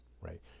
right